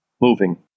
moving